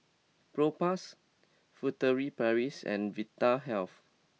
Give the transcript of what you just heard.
Propass Furtere Paris and Vitahealth